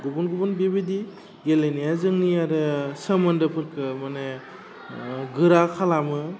गुबुन गुबुन बेबादि गेलेनाया जोंनि आरो सोमोन्दोफोरखौ माने गोरा खालामो